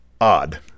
odd